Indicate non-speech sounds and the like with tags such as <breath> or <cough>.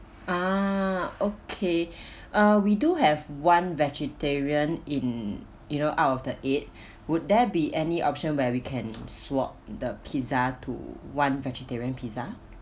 ah okay <breath> uh we do have one vegetarian in you know out of the eight <breath> would there be any option where we can swap the pizza to one vegetarian pizza